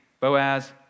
Boaz